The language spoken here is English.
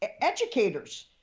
educators